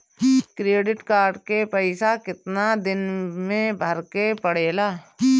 Credit card के पइसा कितना दिन में भरे के पड़ेला?